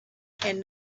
and